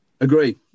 Agree